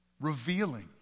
Revealing